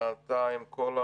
עם כל,